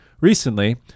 recently